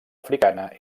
africana